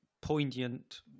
poignant